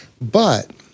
But-